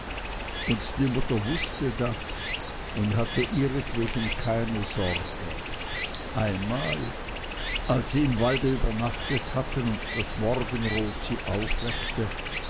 und die mutter wußte das und hatte ihrentwegen keine sorge einmal als sie im walde übernachtet hatten und das morgenrot sie aufweckte